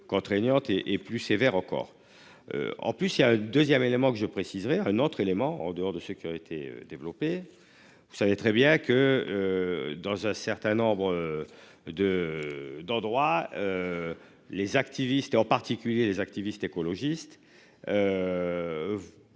Contraignante et est plus sévère encore. En plus il y a un 2ème élément que je préciserai un autre élément en dehors de sécurité. Vous savez très bien que. Dans un certain nombre. De, d'endroits. Les activistes et en particulier les activistes écologistes.